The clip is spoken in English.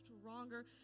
stronger